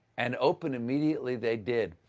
and open immediately they did.